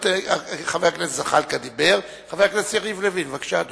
חבר הכנסת יריב לוין, בבקשה.